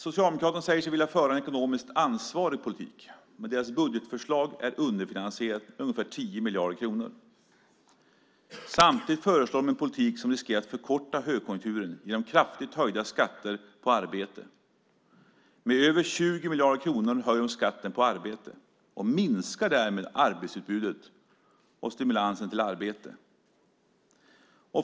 Socialdemokraterna säger sig vilja föra en ekonomiskt ansvarig politik, men deras budgetförslag är underfinansierat med ungefär 10 miljarder kronor. Samtidigt föreslår de en politik som riskerar att förkorta högkonjunkturen genom kraftigt höjda skatter på arbete. Med över 20 miljarder kronor höjer de skatten på arbete och minskar därmed arbetsutbudet och stimulansen till arbete.